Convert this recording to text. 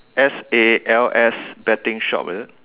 S A L S betting shop is it